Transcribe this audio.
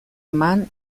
eman